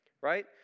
right